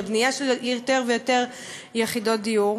לבנייה של יותר ויותר יחידות דיור.